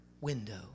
window